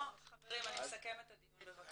ה- -- חברים, אני מסכמת את הדיון בבקשה.